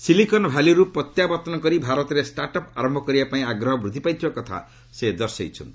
ସିଲିକନ୍ଭାଲିରୁ ପ୍ରତ୍ୟାବର୍ତ୍ତନ କରି ଭାରତରେ ଷ୍ଟାର୍ଟ୍ ଅଫ୍ ଆରମ୍ଭ କରିବା ପାଇଁ ଆଗ୍ରହ ବୃଦ୍ଧି ପାଇଥିବା କଥା ସେ ଦର୍ଶାଇଛନ୍ତି